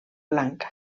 blanca